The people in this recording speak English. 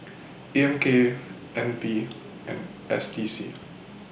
A M K N P and S D C